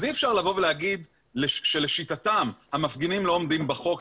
אי אפשר לבוא ולומר שלשיטתם המפגינים לא עומדים בחוק.